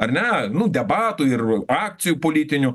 ar ne nu debatų ir akcijų politinių